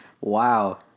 Wow